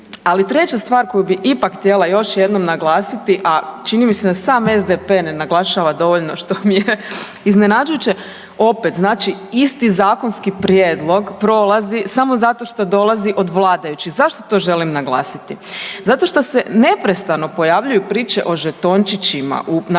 Ali, treća stvar koju bih ipak htjela još jednom naglasiti, a čini mi se da sam SDP ne naglašava dovoljno, što mi je iznenađujuće, opet, znači isti zakonski prijedlog prolazi samo zato što dolazi od vladajućih. Zašto to želim naglasiti? Zato što se neprestano prijavljuju priče o žetončićima u našoj